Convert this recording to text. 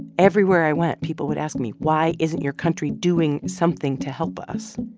everywhere i went, people would ask me, why isn't your country doing something to help us?